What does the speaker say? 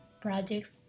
projects